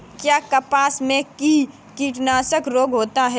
क्या कपास में भी कीटनाशक रोग होता है?